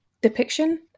depiction